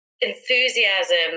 enthusiasm